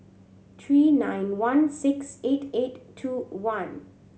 three nine one six eight eight two one